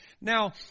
Now